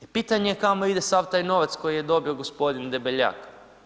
I pitanje je kamo ide sav taj novac koji je dobio gospodin Debeljak.